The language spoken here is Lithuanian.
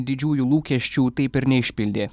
didžiųjų lūkesčių taip ir neišpildė